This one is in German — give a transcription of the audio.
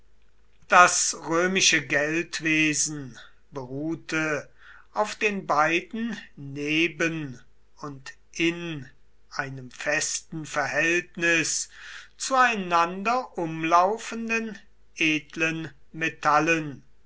das römische geldwesen beruhte auf den beiden neben und in einem festen verhältnis zueinander umlaufenden edlen metallen